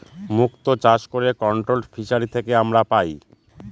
মুক্ত চাষ করে কন্ট্রোলড ফিসারী থেকে আমরা পাই